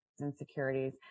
insecurities